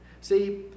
See